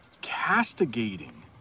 Castigating